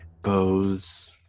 Bows